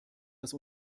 dass